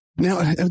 Now